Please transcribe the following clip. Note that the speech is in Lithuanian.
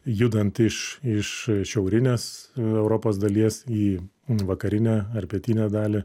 judant iš iš šiaurinės europos dalies į vakarinę ar pietinę dalį